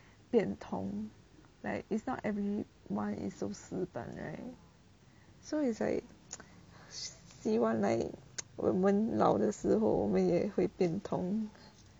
变通 like it's not every one is so 死板 right so it's like 希望 like 我们老的时候我们也会变通